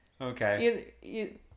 Okay